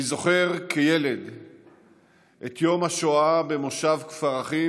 אני זוכר את יום השואה כילד במושב כפר אחים,